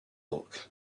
bulk